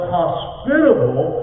hospitable